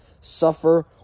suffer